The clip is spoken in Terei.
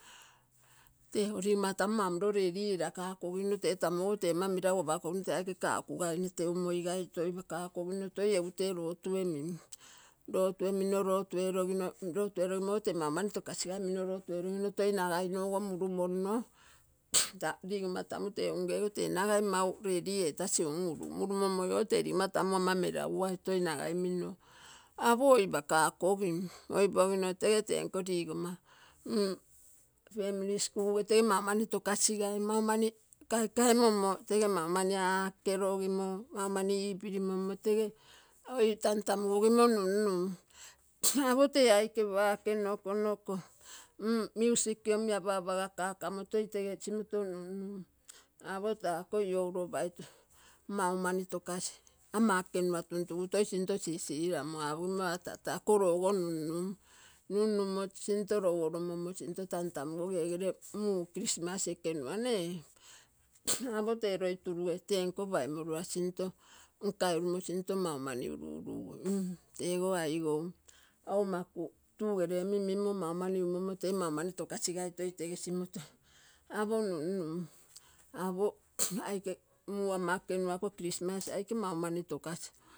Tego ligoma tamu mamoro ready erakakogino tee tamu ogo tee amo meragu tee ama meragu aike kakugainee teumoisai toipakakogino toi egu tee lotue min, lotu emino lotu erogino, lotu erogimogo te maumani tokasiga toi nagainogo murumonno ta ligomma tamu tee nagai mau ready etasi unurugu murumommoi ogo tee ligomma tamu ama meragugai toi nai ai oipakagogim. Oipogino tege tenko ligoma mm families kuge tege maumani tokasigai maumani kaikaimomo, maumani aakerogimo. maumani ipirimommo rege tamtagumommo nun nun apo tee aikee paake noko noko music omi amapaga kakomo toi tege simoto nununun. Apo taa ako louropaitu maumani tokasi ama ekenua tuntugu toi tege sinto sisiramum apogimo aga tata korogo nununun, nunnunmo sinto lou oromommo tantamugogi egere muu christmas ekenua nee apo tee loi turage tee nko paimora sinto nkairamo sinto nunnungui mmm tego aii gou tugere omi mimmo maumani umommo tokasigai toi tege simoto, apo nunnun apo aikee muu ama ekenua eko christmas aike mau mani tokasi